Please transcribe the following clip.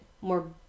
more